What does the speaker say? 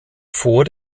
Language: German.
vor